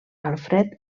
alfred